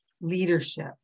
leadership